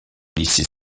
lycée